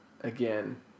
again